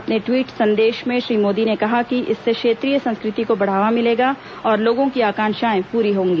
अपने ट्वीट संदेश में श्री मोदी ने कहा कि इससे क्षेत्रीय संस्कृति को बढ़ावा मिलेगा और लोगों की आकांक्षाएं पूरी होंगी